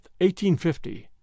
1850